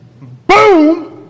Boom